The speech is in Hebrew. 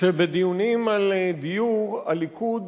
שבדיונים על דיור הליכוד